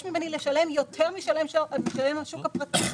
ממני לשלם יותר מה שמשלם השוק הפרטי.